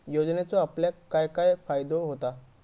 योजनेचो आपल्याक काय काय फायदो होता?